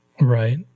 Right